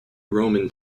roman